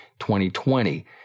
2020